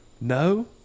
no